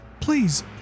please